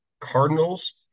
Cardinals